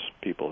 people